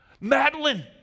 Madeline